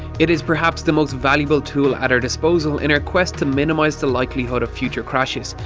it is perhaps the most valuable tool at our disposal in our quest to minimise the likelihood of future crashes.